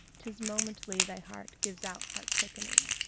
tis momently thy heart gives out heart-quickening.